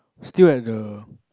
still at the